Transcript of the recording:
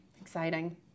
Exciting